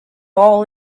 all